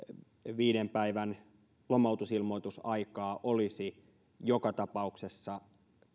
viiden päivän lomautusilmoitusaikaa olisi joka tapauksessa